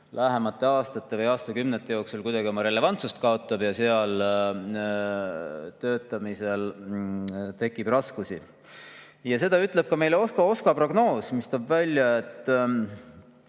lähemate aastate või aastakümnete jooksul kuidagi oma relevantsust kaotab ja seal töötamisel tekib raskusi. Seda ütleb meile ka OSKA prognoos, mis toob välja, et